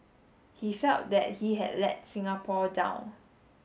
he felt that he had let Singapore down